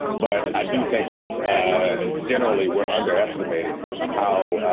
but i do think it's ah generally we're underestimating how